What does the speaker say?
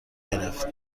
گرفت